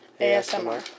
ASMR